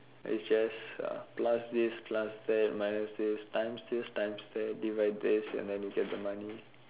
it's just plus this plus that minus this times this times that divide this and then you get the money